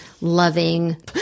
loving